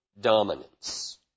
Dominance